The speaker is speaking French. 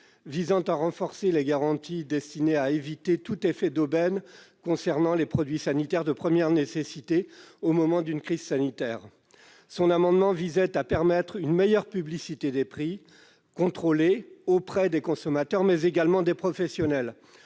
visant à renforcer les garanties contre tout effet d'aubaine concernant les produits sanitaires de première nécessité au moment d'une crise sanitaire. Il s'agissait de permettre une meilleure publicité des prix contrôlés, auprès des consommateurs, mais également des professionnels.